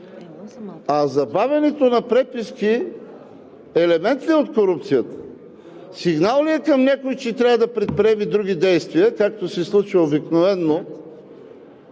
А забавянето на преписки елемент ли е от корупцията, сигнал ли е към някой, че трябва да предприеме други действия, както се случва обикновено